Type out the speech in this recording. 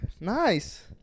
Nice